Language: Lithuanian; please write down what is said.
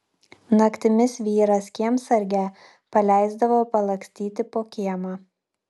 naktimis vyras kiemsargę paleisdavo palakstyti po kiemą